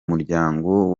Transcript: muryango